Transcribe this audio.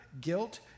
guilt